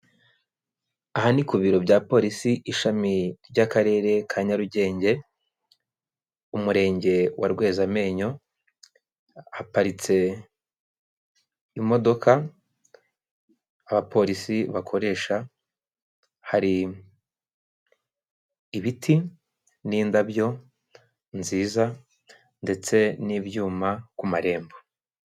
Aha ni ku biro bya polisi ishami ry'akarere ka Nyarugenge, umurenge wa Rwezamenyo haparitse imodoka abapolisi bakoresha, hari ibiti n'indabyo nziza, ndetse n'ibyuma ku marembo.